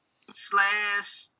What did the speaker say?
slash